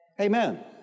amen